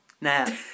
Now